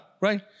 right